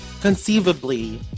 conceivably